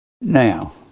Now